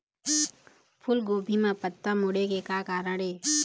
फूलगोभी म पत्ता मुड़े के का कारण ये?